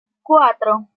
cuatro